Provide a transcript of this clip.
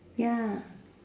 ya